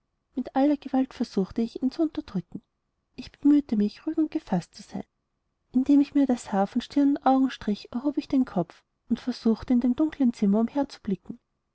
mit aller gewalt versuchte ich ihn zu unterdrücken ich bemühte mich ruhig und gefaßt zu sein indem ich mir das haar von stirn und augen strich erhob ich den kopf und versuchte in dem dunklen zimmer umher